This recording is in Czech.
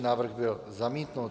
Návrh byl zamítnut.